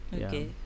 Okay